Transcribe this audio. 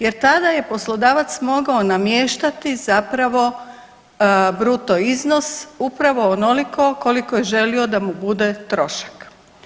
Jer tada je poslodavac mogao namještati zapravo bruto iznos upravo onoliko koliko je želio da mu bude trošak.